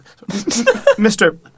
Mr